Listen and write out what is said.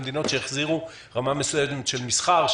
במדינות שהחזירו רמה מסוימת של מסחר,